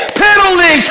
penalty